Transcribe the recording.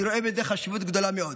אני רואה בזה חשיבות גדולה מאוד.